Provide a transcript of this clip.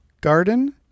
garden